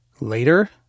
Later